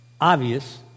obvious